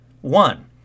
One